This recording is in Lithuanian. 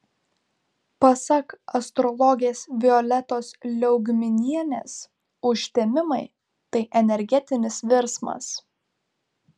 pasak astrologės violetos liaugminienės užtemimai tai energetinis virsmas